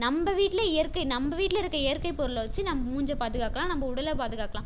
நம்ம வீட்டில் இயற்கை நம்ம வீட்டில் இருக்கற இயற்கைப் பொருள வச்சு நம்ம மூஞ்சியை பாதுகாக்கலாம் நம்ம உடலை பாதுகாக்கலாம்